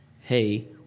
Hey